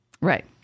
Right